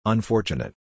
Unfortunate